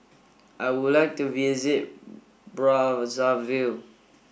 I would like to visit Brazzaville